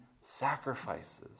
sacrifices